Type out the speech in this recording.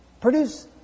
Produce